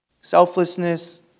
Selflessness